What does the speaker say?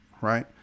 right